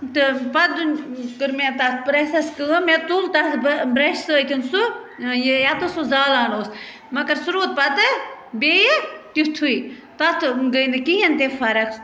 تہٕ پَتہٕ کٔر مےٚ تَتھ پرٛیٚسَس کٲم مےٚ تُل تَتھ برٛیٚشہٕ سۭتۍ سُہ یہِ یَتتھ سُہ زالان اوس مگر سُہ روٗد پَتہٕ بیٚیہِ تیٛتھُے تَتھ گٔے نہٕ کِہیٖنۍ تہِ فَرَق